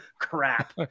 crap